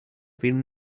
been